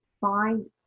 find